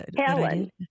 Helen